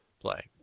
play